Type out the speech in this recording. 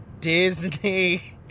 disney